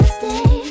stay